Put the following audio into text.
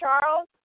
Charles